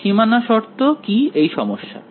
সীমানা শর্ত কি এই সমস্যা এর